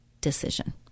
decision